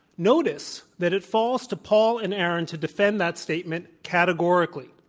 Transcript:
notice that it falls to paul and aaron to defend that statement categorically